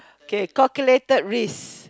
okay calculated risk